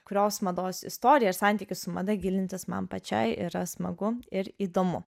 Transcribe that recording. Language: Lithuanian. kurios mados istoriją ir santykį su mada gilintis man pačiai yra smagu ir įdomu